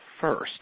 first